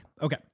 Okay